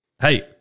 Hey